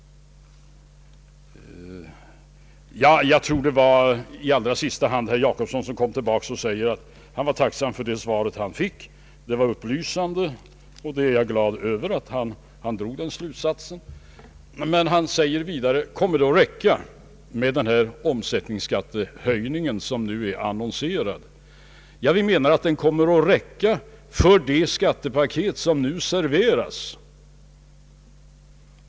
Till sist kom herr Jacobsson tillbaka och var tacksam för det svar han fått. Det var upplysande. Jag är glad över att han drog den slutsatsen. Men han säger vidare: Kommer det att räcka med den omsättningsskattehöjning som nu är annonserad? Vi menar att den kommer att räcka för det skattepaket som nu serveras.